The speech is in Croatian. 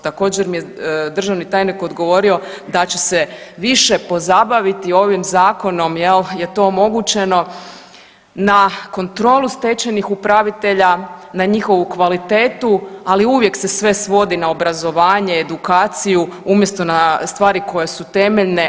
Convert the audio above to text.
Također mi je državni tajnik odgovorio da će se više pozabaviti ovim zakonom jel je to omogućeno na kontrolu stečajnih upravitelja, na njihovu kvalitetu, ali uvijek se sve svodi na obrazovanje, edukaciju umjesto na stvari koje su temeljne.